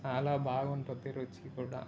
చాలా బాగుంటుంది రుచి కూడా